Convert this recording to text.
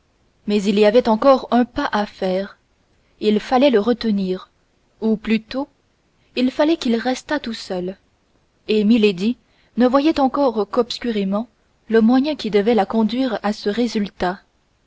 mais il y avait encore un pas à faire il fallait le retenir ou plutôt il fallait qu'il restât tout seul et milady ne voyait encore qu'obscurément le moyen qui devait la conduire à ce résultat